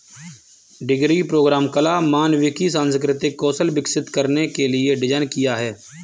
degree programme कला, मानविकी, सांस्कृतिक कौशल विकसित करने के लिए डिज़ाइन किया है